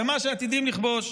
ומה שעתידים לכבוש,